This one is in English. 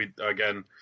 again